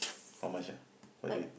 how much ah per day